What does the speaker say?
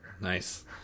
Nice